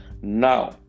Now